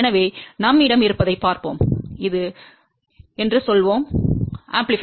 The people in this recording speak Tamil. எனவே நம்மிடம் இருப்பதைப் பார்ப்போம் இது என்று சொல்வோம் பெருக்கி